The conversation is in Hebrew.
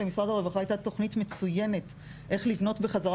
למשרד הרווחה הייתה תוכנית מצוינת איך לבנות בחזרה